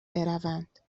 بروند